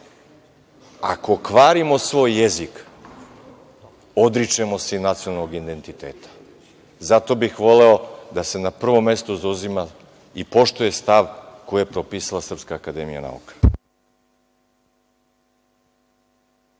Ako kvarimo svoj jezik odričemo se i nacionalnog identiteta. Zato bih voleo da se na prvom mestu zauzima i poštuje stav koji je propisala SANU. **Maja